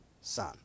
son